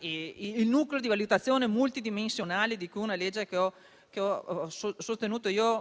il nucleo di valutazione multidimensionale di cui tratta una legge che ho sostenuto io